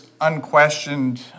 unquestioned